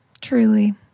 Truly